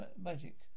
magic